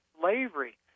slavery